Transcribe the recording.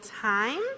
time